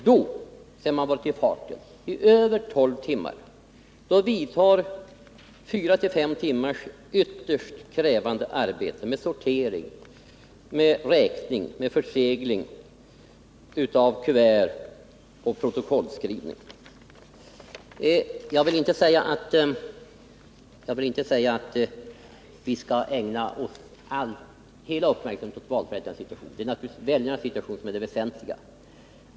Då, sedan man varit i farten i över tolv timmar, vidtar fyra fem timmars ytterst krävande arbete med sortering, med räkning, med försegling av kuvert och med protokollskrivning. Jag vill emellertid inte säga att vi skall ägna all vår uppmärksamhet åt just valförrättarnas situation. Det är naturligtvis väljarnas situation som är det väsentliga.